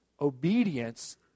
obedience